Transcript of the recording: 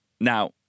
Now